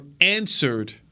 answered